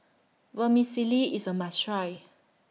Vermicelli IS A must Try